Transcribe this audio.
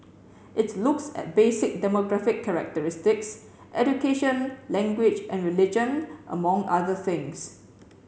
it looks at basic demographic characteristics education language and religion among other things